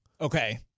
Okay